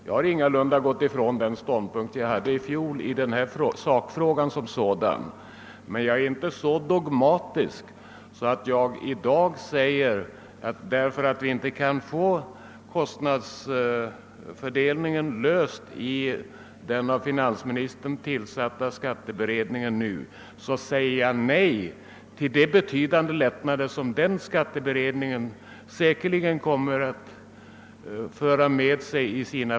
Jag har ingalunda gått ifrån den ståndpunkt vi intog i fjol i sakfrågan, men jag är inte så dogmatisk att jag i dag, bara därför att den av finansministern tillsatta skatteutredningen inte kan lösa problemet med kostnadsfördelningen, säger nej till de betydande lättnader för kommunerna som skatteutredningens förslag säkerligen kommer att leda till.